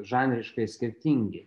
žanriškai skirtingi